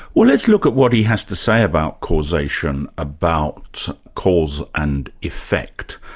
well let's look at what he has to say about causation, about cause and effect.